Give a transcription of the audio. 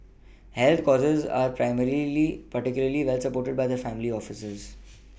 health causes are primarily particularly well supported by the family offices